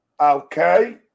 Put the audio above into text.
okay